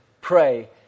pray